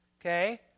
Okay